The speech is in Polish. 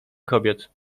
kobiet